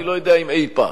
אני לא יודע אם אי-פעם.